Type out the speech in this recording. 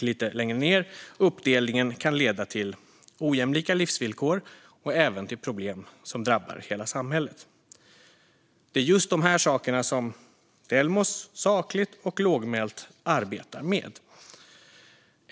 Lite längre ned står det: "Uppdelningen kan leda till ojämlika livsvillkor och även till problem som drabbar hela samhället." Det är just de här sakerna som Delmos, sakligt och lågmält, arbetar med.